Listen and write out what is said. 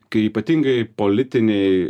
kai ypatingai politinėj